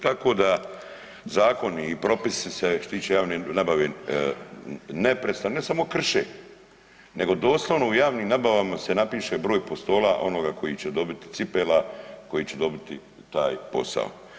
Tako da zakoni i propisi se što se tiče javne nabave neprestano ne samo krše, nego doslovno u javnim nabavama se napiše broj postola onoga koji će dobit, cipela koji će dobiti taj posao.